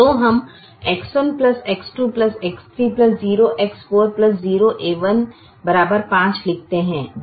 तो हम X1 X2 X3 0X4 0a1 5 लिखते हैं